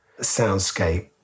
soundscape